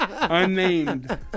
unnamed